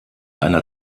einer